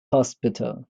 hospital